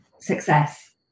success